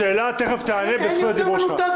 תיכף אתן לך רשות דיבור.